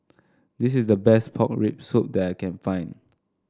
this is the best Pork Rib Soup that I can find